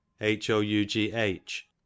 h-o-u-g-h